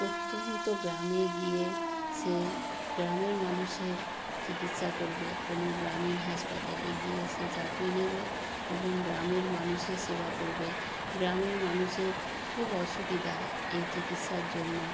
প্রত্যন্ত গ্রামে গিয়ে সে গ্রামের মানুষের চিকিৎসা করবে কোনো গ্রামীণ হাসপাতালে গিয়ে সে চাকরি নেবে এবং গ্রামের মানুষের সেবা করবে গ্রামের মানুষের খুব অসুবিধা এই চিকিৎসার জন্য